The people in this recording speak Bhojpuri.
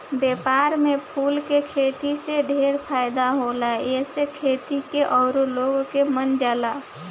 व्यापार में फूल के खेती से ढेरे फायदा होला एसे खेती की ओर लोग के मन जाला